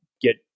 get